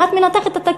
אם את מנתחת את התקציב,